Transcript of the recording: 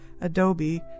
Adobe